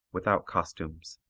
without costumes,